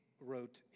wrote